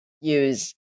use